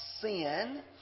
sin